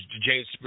James